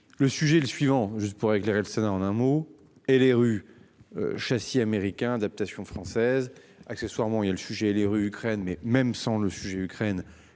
Le sujet le suivant. Juste pour éclairer le Sénat en un mot et les rues. Châssis américain adaptation française accessoirement il y a le sujet, lire Ukraine mais même sans le sujet Ukraine